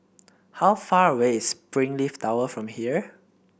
how far away is Springleaf Tower from here